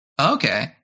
Okay